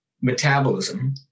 metabolism